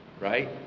right